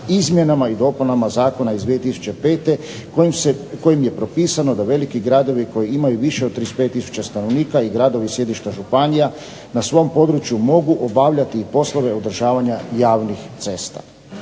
izmjenama i dopunama zakona iz 2005. kojim je propisano da veliki gradovi koji imaju više od 35 tisuća stanovnika i gradovi sjedišta županija na svom području mogu obavljati i poslove održavanja javnih cesta.